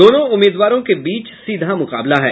दोनों उम्मीदवारों के बीच सीधा मुकाबला है